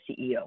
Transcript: CEO